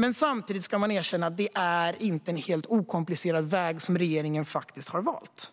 Men samtidigt ska man erkänna: Det är inte en helt okomplicerad väg som regeringen har valt.